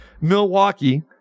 Milwaukee